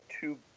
two